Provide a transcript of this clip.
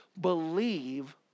believe